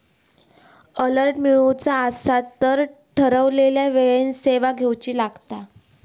alert मिळवुचा असात तर ठरवलेल्या वेळेन सेवा घेउची लागात